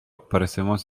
parecemos